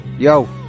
Yo